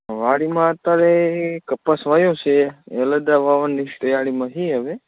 વાડીમાં અત્યારે કપાસ વાવ્યો છે એરંડા વાવવાની તૈયારીમાં છીએ હવે